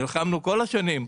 נלחמנו כל השנים,